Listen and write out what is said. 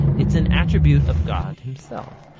it's an attribute of god himself.